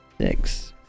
Six